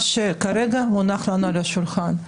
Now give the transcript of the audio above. שכרגע מונח לנו על השולחן.